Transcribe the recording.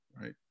Right